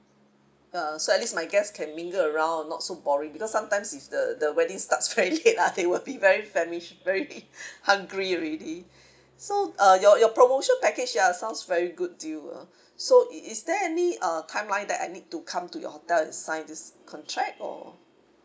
ya so at least my guest can mingle around not so boring because sometimes is the the wedding starts very late ah they would be very famished very hungry already so uh your your promotion package ya sounds very good deal ah so is is there any uh timeline that I need to come to your hotel and sign this contract or